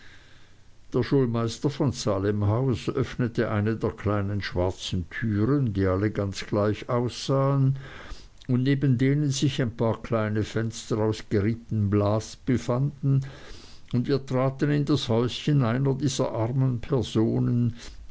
der schulmeister von salemhaus öffnete eine der kleinen schwarzen türen die alle ganz gleich aussahen und neben denen sich ein paar kleine fenster aus geripptem glas befanden und wir traten in das häuschen einer dieser armen personen